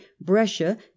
Brescia